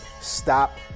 Stop